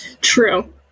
True